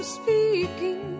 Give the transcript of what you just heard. speaking